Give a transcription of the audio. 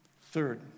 Third